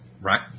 right